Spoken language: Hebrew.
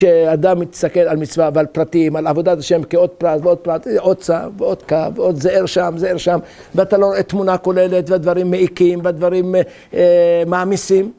כשאדם מתסכל על מצווה ועל פרטים, על עבודת ה' כעוד פרט ועוד פרט, עוד צע, ועוד קו, ועוד זער שם, זער שם, ואתה לא רואה תמונה כוללת, והדברים מעיקים, ודברים מעמיסים